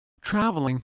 traveling